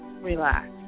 relax